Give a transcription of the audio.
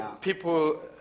people